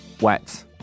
wet